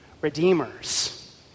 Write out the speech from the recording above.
redeemers